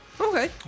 Okay